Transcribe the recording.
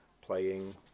playing